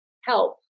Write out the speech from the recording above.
help